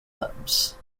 clubs